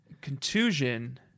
contusion